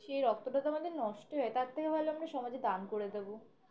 সেই রক্ত টা তো আমাদের নষ্ট হয় তার থেকে ভলে আমরা সমাজে দান করে দেবো